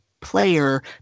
player